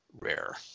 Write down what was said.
rare